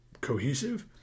cohesive